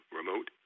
remote